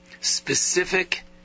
specific